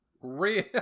Real